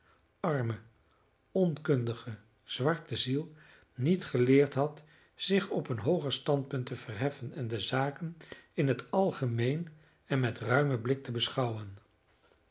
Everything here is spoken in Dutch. arme onkundige zwarte ziel niet geleerd had zich op een hooger standpunt te verheffen en de zaken in het algemeen en met ruimen blik te beschouwen